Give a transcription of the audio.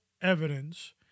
evidence